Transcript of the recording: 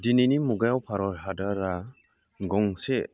दिनैनि मुगायाव भारत हादरा गंसे